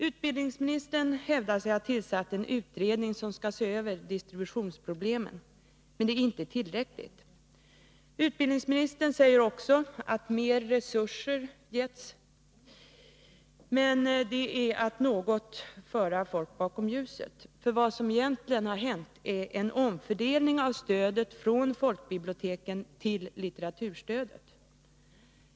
Utbildningsministern hävdar sig ha tillsatt en utredning som skall se över distributionsproblemen, men det är inte tillräckligt. Utbildningsministern säger också att mer resurser har getts, men det är att något föra folk bakom ljuset, för vad som egentligen har skett är en omfördelning av stödet från folkbiblioteken till litteraturstödet.